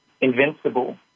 invincible